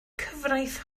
cyfraith